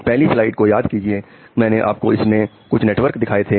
पहली स्लाइड को याद करिए मैंने आपको इनमें से कुछ नेटवर्क दिखाए थे